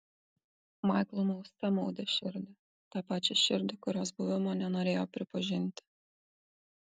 maiklui mauste maudė širdį tą pačią širdį kurios buvimo nenorėjo pripažinti